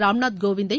ராம்நாத்கோவிந்தை